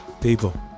people